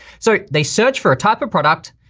so they search for a type of product,